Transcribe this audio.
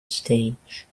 stage